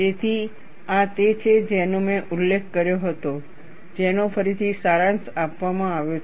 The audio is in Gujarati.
તેથી આ તે છે જેનો મેં ઉલ્લેખ કર્યો હતો જેનો ફરીથી સારાંશ આપવામાં આવ્યો છે